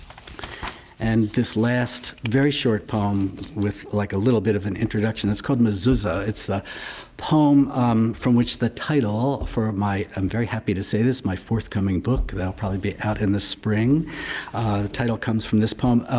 and this last very short poem with like a little bit of an introduction is called mezuzah. it's the poem um from which the title for ah my-i am very happy to say this my forthcoming book that'll probably be out in the spring title comes from this poem.